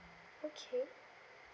okay